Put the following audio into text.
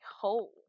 hole